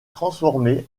transformé